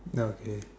ya okay